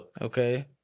Okay